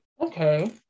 Okay